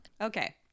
Okay